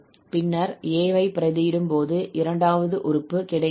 பின்னர் a ஐ பிரதியிடும் போது இரண்டாவது உறுப்பு கிடைக்கிறது